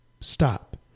stop